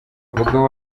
abagabo